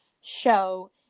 show